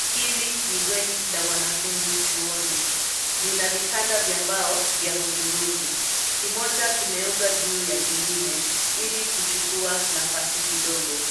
Hili ni bweni la wanafunzi chuoni, lina vitanda vya mbao vya hudhurungi kimoja kimeundwa juu ya kingine ili kuchukua nafasi kidogo.